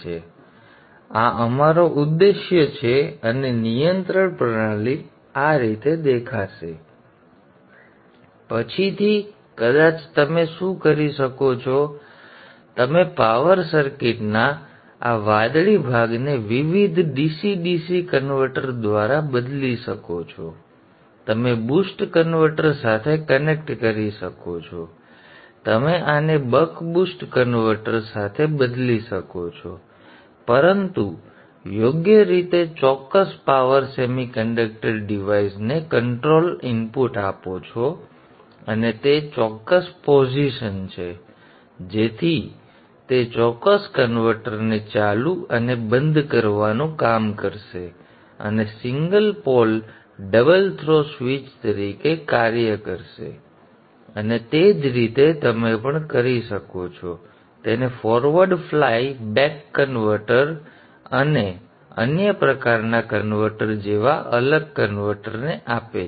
તેથી આ અમારો ઉદ્દેશ છે અને નિયંત્રણ પ્રણાલી આ રીતે દેખાશે પછીથી કદાચ તમે શું કરી શકો છો તે છે તમે પાવર સર્કિટના આ વાદળી ભાગને વિવિધ DC DC કન્વર્ટર દ્વારા બદલી શકો છો તમે બૂસ્ટ કન્વર્ટર સાથે કનેક્ટ કરી શકો છો તમે આને બક બુસ્ટ કન્વર્ટર સાથે બદલી શકો છો પરંતુ યોગ્ય રીતે ચોક્કસ પાવર સેમીકન્ડક્ટર ડિવાઇસ ને કંટ્રોલ ઇનપુટ આપો છો અને તે ચોક્કસ પોઝિશન છે જેથી તે ચોક્કસ કન્વર્ટરને ચાલુ અને બંધ કરવાનું કામ કરશે અને single pole double throw switch તરીકે કાર્ય કરશે અને તે જ રીતે તમે પણ કરી શકો છો તેને ફોરવર્ડ ફ્લાય બેક કન્વર્ટર અને અન્ય પ્રકારના કન્વર્ટર જેવા અલગ કન્વર્ટરને આપે છે